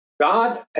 God